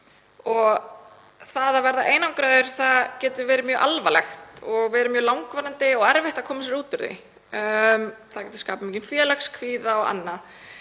Það að verða einangraður getur verið mjög alvarlegt og verið mjög langvarandi og erfitt að koma sér út úr því. Það getur skapað mikinn félagskvíða og annað.